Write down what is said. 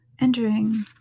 Entering